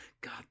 God